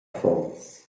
affons